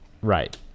right